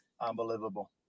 Unbelievable